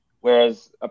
Whereas